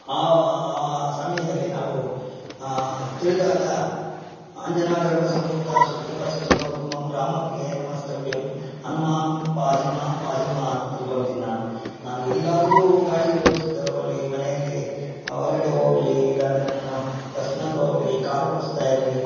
ಆ ಸಮಯದಲ್ಲಿ ನಾವು ತಿಳಿದಾಗ ಅಂಜನಾ ಗರ್ಭ ಸಂಭೂತ ಸುಗ್ರೀವ ಸಚಿವೋತ್ತಮ ರಾಮಪ್ರಿಯ ನಮಸ್ತಭ್ಯಂ ಹನುಮಾನಮ್ ಪಾಹಿಮಾಂ ಪಾಹಿಮಾಂ ಅಂತ ತಿಳ್ಕೊಳ್ತೀನಿ ನಾನು ನಾನು ಎಲ್ಲಾದರೂ ಗಾಡಿ ಓಡಿಸ್ತಿರಲಿ ಮನೆಯಲ್ಲಿ ಹೊರಗಡೆ ಹೋಗಲಿ ಇಲ್ಲ ಅಂದರೆ ನಾನು ಬಸ್ನಲ್ಲಿ ಹೋಗಲಿ ಕಾರ್ ಓಡಿಸ್ತಾಯಿರಲಿ